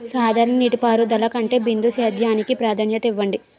సాధారణ నీటిపారుదల కంటే బిందు సేద్యానికి ప్రాధాన్యత ఇవ్వండి